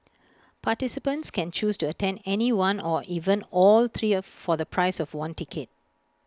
participants can choose to attend any one or even all three of for the price of one ticket